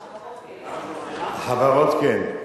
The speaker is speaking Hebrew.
הצעת חוק החברות כן.